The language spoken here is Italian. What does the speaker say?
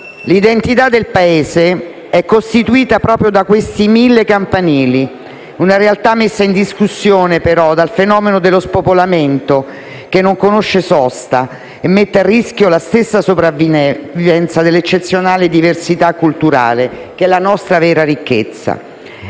L'identità del Paese è costituita dai mille campanili; una realtà messa però in discussione dal fenomeno dello spopolamento, che non conosce sosta e mette a rischio la stessa sopravvivenza dell'eccezionale diversità culturale, vera ricchezza